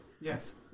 Yes